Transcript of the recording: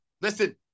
Listen